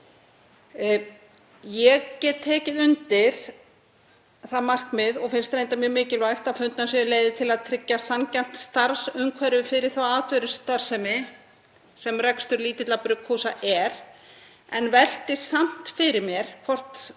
Ég get tekið undir það markmið og finnst reyndar mjög mikilvægt að fundnar séu leiðir til að tryggja sanngjarnt starfsumhverfi fyrir þá atvinnustarfsemi sem rekstur lítilla brugghúsa er. Ég velti samt fyrir mér hvort